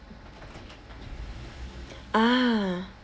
ah